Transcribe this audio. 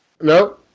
No